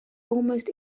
almost